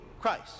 Christ